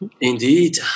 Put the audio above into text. indeed